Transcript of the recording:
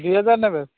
ଦୁଇ ହଜାର ନେବେ